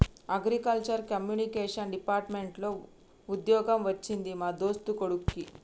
agriculture communication department లో వుద్యోగం వచ్చింది మా దోస్తు కొడిక్కి